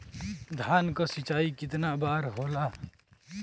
धान क सिंचाई कितना बार होला?